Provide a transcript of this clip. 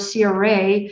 CRA